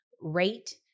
rate